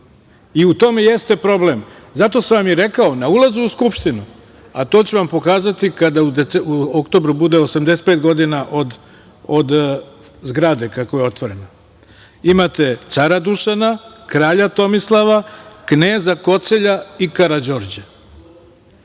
i u tome jeste problem. Zato sam vam i rekao, na ulazu u Skupštinu, a to ću vam pokazati kada u oktobru bude 85 godina od zgrade kako je otvorena, imate Cara Dušana, kralja Tomislava, kneza Kocelja i Karađorđa.